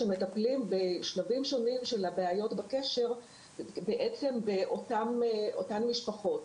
שמטפלים בשלבים שונים של הבעיות בקשר באותן משפחות.